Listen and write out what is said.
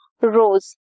rows